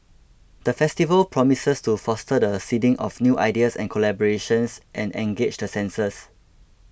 the festival promises to foster the seeding of new ideas and collaborations and engage the senses